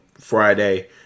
Friday